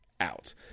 out